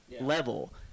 level